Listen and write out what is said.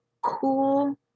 cool